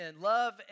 Love